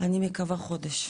אני מקווה חודש.